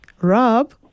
Rob